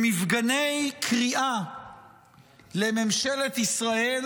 במפגני קריאה לממשלת ישראל